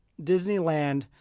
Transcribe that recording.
Disneyland